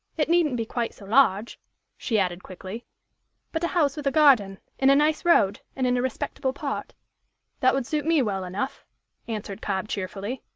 it needn't be quite so large she added quickly but a house with a garden, in a nice road, and in a respectable part that would suit me well enough answered cobb cheerfully.